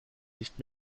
nicht